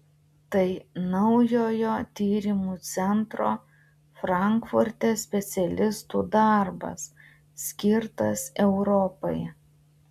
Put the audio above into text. tai naujojo tyrimų centro frankfurte specialistų darbas skirtas europai